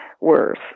worse